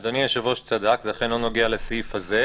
אדוני היושב-ראש צדק, זה אכן לא נוגע לסעיף הזה.